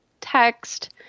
text